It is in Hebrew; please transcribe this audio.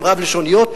הן רב-לשוניות.